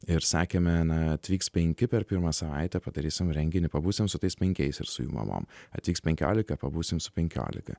ir sakėme na atvyks penki per pirmą savaitę padarysim renginį pabūsim su tais penkiais ir su jų mamom atvyks penkiolika pabūsim su penkiolika